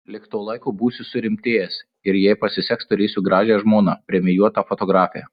lig to laiko būsiu surimtėjęs ir jei pasiseks turėsiu gražią žmoną premijuotą fotografę